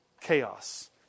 chaos